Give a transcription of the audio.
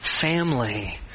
family